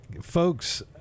folks